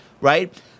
right